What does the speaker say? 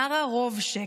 מארה רובשק: